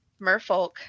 merfolk